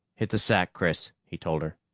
hit the sack, chris, he told her.